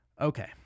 Okay